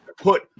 put